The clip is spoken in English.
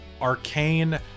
arcane